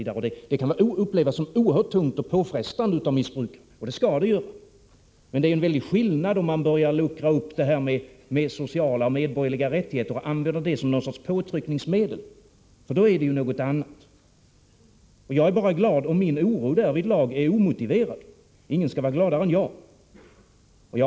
Det hela kan upplevas som oerhört tungt och påfrestande av missbrukaren — men det är också avsikten. Här föreligger dock en mycket stor skillnad. Om man börjar luckra upp detta med sociala och medborgerliga rättigheter och använder olika argument som någon sorts påtryckningsmedel, är det fråga om någonting annat. Jag är emellertid enbart glad om min oro därvidlag är omotiverad. Jag vill framhålla att ingen är gladare än jag i så fall.